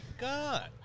God